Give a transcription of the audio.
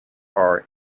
are